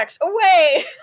away